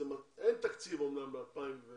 אמנם אין תקציב ל-2020